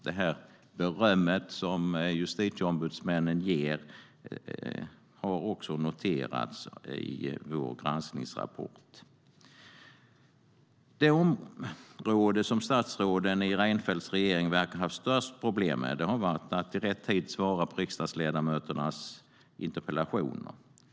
Det beröm som justitieombudsmännen ger har noterats i vår granskningsrapport. Det område som statsråden i Reinfeldts regering verkar ha haft störst problem med har varit att i rätt tid svara på riksdagsledamöternas interpellationer.